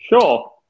Sure